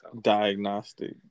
Diagnostic